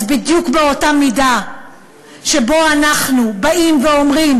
אז בדיוק באותה מידה שבה אנחנו באים ואומרים